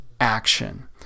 action